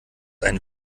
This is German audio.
einen